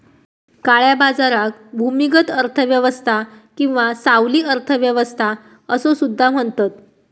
काळ्या बाजाराक भूमिगत अर्थ व्यवस्था किंवा सावली अर्थ व्यवस्था असो सुद्धा म्हणतत